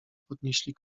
podnieśli